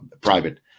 private